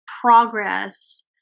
progress